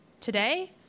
today